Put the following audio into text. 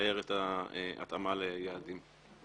שמתאר את התאמה ליעדים?